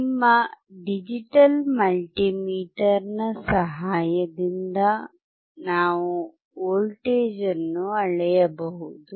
ನಿಮ್ಮ digital multimeter ನ ಸಹಾಯದಿಂದ ನಾವು ವೋಲ್ಟೇಜ್ ಅನ್ನು ಅಳೆಯಬಹುದು